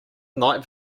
night